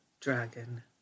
dragon